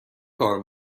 کار